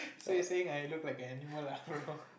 so you saying I look like an animal lah bro